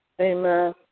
Amen